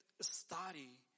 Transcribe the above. study